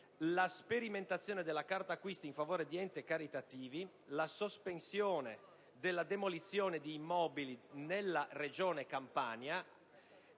la sperimentazione della carta acquisti a favore di enti caritativi. Vi è, inoltre, la sospensione della demolizione di immobili nella Regione Campania.